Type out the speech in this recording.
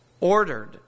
ordered